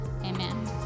amen